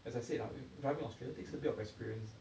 as I said ah driving in australia takes a bit of experience